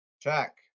Check